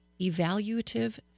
evaluative